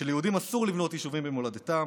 שליהודים אסור לבנות יישובים במולדתם,